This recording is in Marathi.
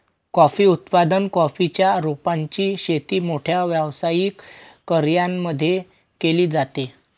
कॉफी उत्पादन, कॉफी च्या रोपांची शेती मोठ्या व्यावसायिक कर्यांमध्ये केली जाते